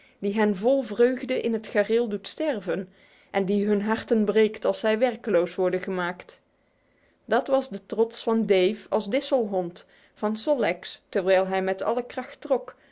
die hen vol vreugde in het gareel doet sterven en die hun harten breekt als zij werkeloos worden gemaakt dat was de trots van dave als disselhond van sol leks terwijl hij met alle kracht trok